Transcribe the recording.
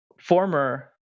former